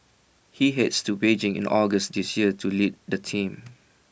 he heads to Beijing in August this year to lead the team